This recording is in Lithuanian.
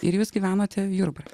ir jūs gyvenote jurbarke